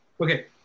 okay